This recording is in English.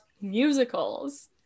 musicals